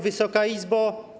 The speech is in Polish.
Wysoka Izbo!